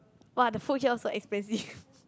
[wah] the food here all so expensive